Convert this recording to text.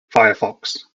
firefox